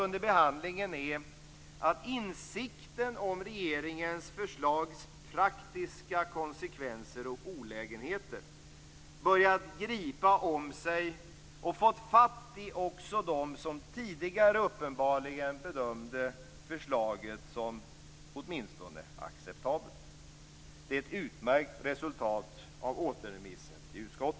Under behandlingen har insikten om de praktiska konsekvenserna och olägenheterna med regeringens förslag börjat gripa om sig och fått fatt i dem som tidigare uppenbarligen bedömde förslaget som acceptabelt. Det är ett utmärkt resultat av återremissen till utskottet.